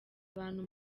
abantu